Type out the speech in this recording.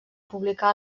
publicà